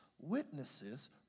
witnesses